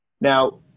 Now